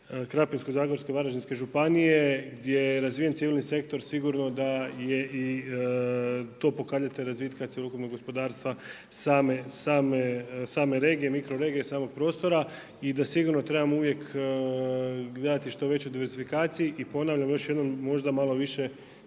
Krapinsko-zagorske, Varaždinske županije gdje je razvijen civilni sektor sigurno da je i to pokazatelj razvitka cjelokupnog gospodarstva same regije, mikro regije i samog prostora i da sigurno trebamo uvijek gledati što većoj diversifikaciji. I ponavljam još jednom, možda malo više